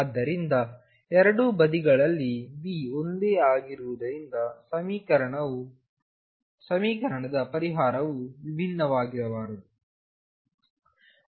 ಆದ್ದರಿಂದ ಎರಡೂ ಬದಿಗಳಲ್ಲಿ V ಒಂದೇ ಆಗಿರುವುದರಿಂದ ಸಮೀಕರಣದ ಪರಿಹಾರವು ವಿಭಿನ್ನವಾಗಿರಬಾರದು